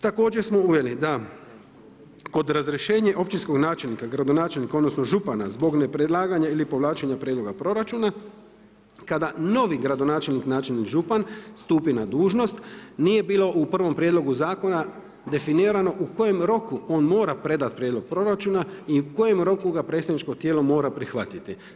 Također smo uveli da kod razrješenja općinskog načelnika, gradonačelnika odnosno župana zbog nepredlaganja ili povlačenja prijedloga proračuna kada novi gradonačelnik, načelnik, župan stupi na dužnost nije bilo u prvom prijedlogu zakona definirano u kojem roku on mora predati prijedlog proračuna i u kojem roku ga predstavničko tijelo mora prihvatiti.